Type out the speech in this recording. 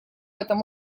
этом